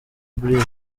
brig